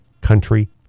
Country